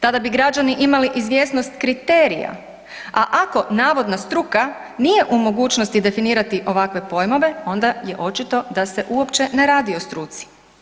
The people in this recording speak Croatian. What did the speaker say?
Tada bi građani imali izvjesnost kriterija, a ako navodna struka nije u mogućnosti definirati ovakve pojmove, onda je očito da se uopće ne radi o struci.